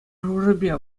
шухӑшӗпе